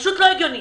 פשוט לא הגיוני.